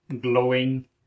glowing